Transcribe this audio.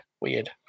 Weird